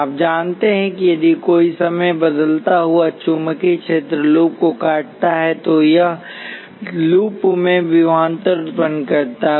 आप जानते हैं कि यदि कोई समय बदलता हुआ चुंबकीय क्षेत्र लूप को काटता है तो यह लूप मेंविभवांतर उत्पन्न करता है